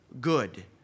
good